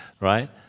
Right